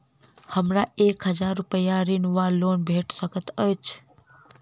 हमरा एक हजार रूपया ऋण वा लोन भेट सकैत अछि?